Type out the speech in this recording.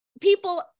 People